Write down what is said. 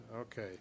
Okay